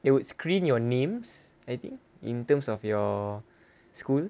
it would screen your names I think in terms of your school